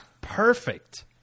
perfect